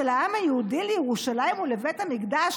של העם היהודי לירושלים ולבית המקדש,